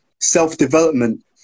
self-development